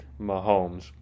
Mahomes